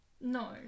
No